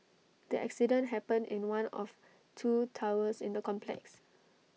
the accident happened in one of two towers in the complex